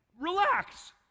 Relax